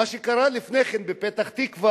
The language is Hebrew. מה שקרה לפני כן בפתח-תקווה,